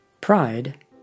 Pride